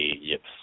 yips